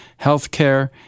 healthcare